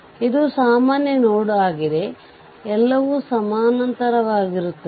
ಅಂದರೆ ಸರ್ಕ್ಯೂಟ್ ಸರಬರಾಜು ಮಾಡುತ್ತಿದೆ ಎಂದು ಸೂಚಿಸುತ್ತದೆ